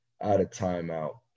out-of-timeout